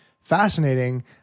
fascinating